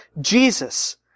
Jesus